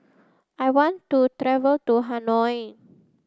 I want to travel to Hanoi